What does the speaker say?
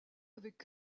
avec